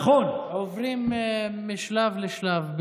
עוברים משלב לשלב,